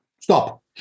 stop